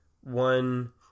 one